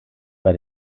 bei